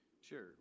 Sure